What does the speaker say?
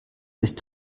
ist